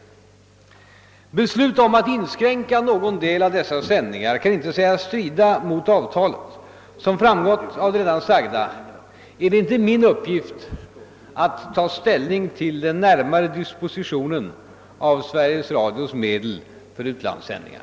Beslut om att inskränka någon del av dessa sändningar kan inte sägas strida mot avtalet. Som framgått av det redan sagda är det inte min uppgift att ta ställning till den närmare dispositionen av Sveriges Radios medel för utlandssändningar.